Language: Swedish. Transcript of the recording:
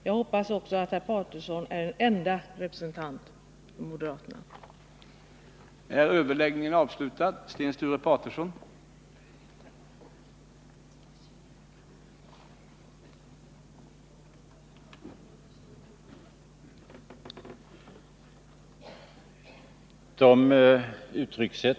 Jag hoppas också att herr Paterson är den enda representanten för moderaterna med den uppfattning som han här har givit uttryck åt.